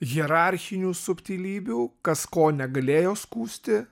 hierarchinių subtilybių kas ko negalėjo skųsti